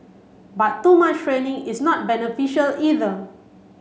but too much training is not beneficial either